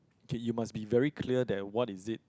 K you must be very clear that what is it